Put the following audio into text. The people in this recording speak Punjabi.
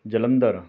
ਜਲੰਧਰ